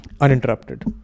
uninterrupted